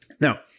Now